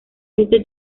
este